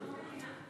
כמו מדינה.